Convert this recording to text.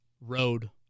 road